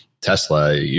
Tesla